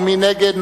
מי נגד?